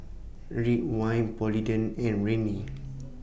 Ridwind Polident and Rene